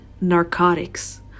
narcotics